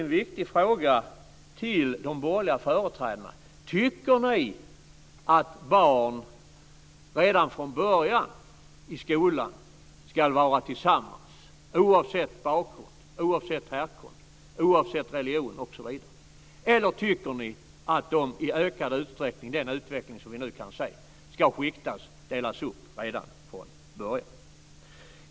En viktig fråga till de borgerliga företrädarna är då: Tycker ni att barn redan från början i skolan ska vara tillsammans, oavsett bakgrund, härkomst, religion osv., eller tycker ni att de i ökad utsträckning - det är ju en utveckling som vi nu kan se - ska skiktas, delas upp, redan från början?